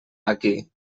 aquí